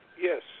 Yes